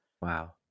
Wow